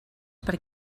per